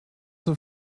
zur